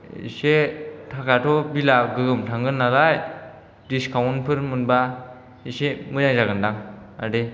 इसे थाखाथ' बिला गोगोम थांगोन नालाय डिस्काउन्ट फोर मोनबा इसे मोजां जागोनदां आदै